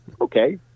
Okay